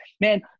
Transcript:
man